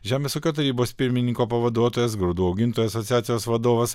žemės ūkio tarybos pirmininko pavaduotojas grūdų augintojų asociacijos vadovas